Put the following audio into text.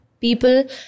people